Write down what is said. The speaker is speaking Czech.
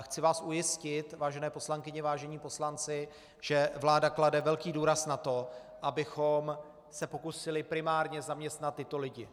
Chci vás ujistit, vážené poslankyně, vážení poslanci, že vláda klade velký důraz na to, abychom se pokusili primárně zaměstnat tyto lidi.